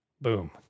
boom